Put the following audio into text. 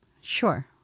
Sure